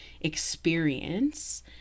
experience